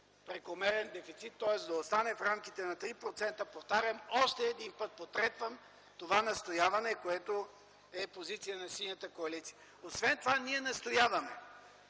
прекомерен дефицит, тоест да остане в рамките на 3%. Повтарям още един път, потретвам това настояване, което е позиция на Синята коалиция. Освен това ние настояваме